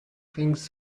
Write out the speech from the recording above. things